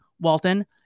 Walton